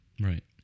Right